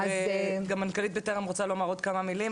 וגם מנכ"לית בטרם רוצה לומר עוד כמה מילים,